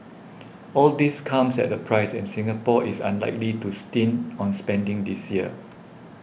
all this comes at a price and Singapore is unlikely to stint on spending this year